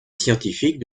scientifique